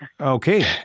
Okay